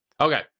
Okay